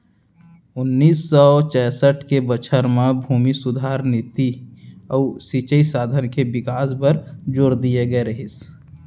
ओन्नाइस सौ चैंसठ के बछर म भूमि सुधार नीति अउ सिंचई साधन के बिकास बर जोर दिए गए रहिस